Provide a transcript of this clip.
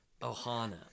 Ohana